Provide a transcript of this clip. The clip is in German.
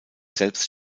selbst